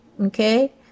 okay